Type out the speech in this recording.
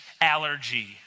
allergy